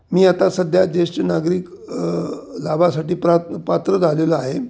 मी आता सध्या ज्येष्ठ नागरिक लाभासाठी प्र पात्र झालेलो आहे